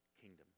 kingdom